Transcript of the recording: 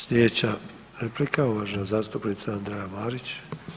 Slijedeća replika uvažena zastupnica Andreja Marić.